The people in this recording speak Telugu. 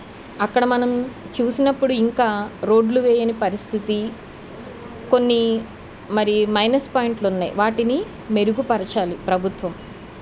అక్కడ మనం చూసినప్పుడు ఇంకా రోడ్లు వేయని పరిస్థితి కొన్ని మరి మైనస్ పాయింట్లు ఉన్నాయి వాటిని మెరుగుపరచాలి ప్రభుత్వం